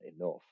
enough